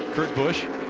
kurt busch.